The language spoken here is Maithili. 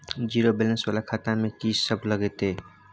जीरो बैलेंस वाला खाता में की सब लगतै?